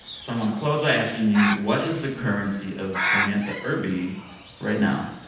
so i want to close by asking you, what is the currency of samantha irby right now?